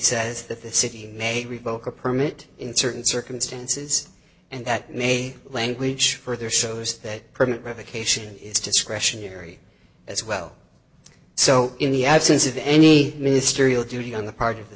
says that the city may revoke a permit in certain circumstances and that may language further shows that permit revocation is discretionary as well so in the absence of any ministerial duty on the part of the